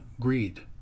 greed